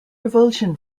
revulsion